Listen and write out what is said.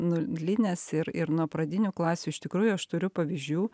nulinės ir ir nuo pradinių klasių iš tikrųjų aš turiu pavyzdžių